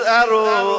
arrow